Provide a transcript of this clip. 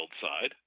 side